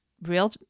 real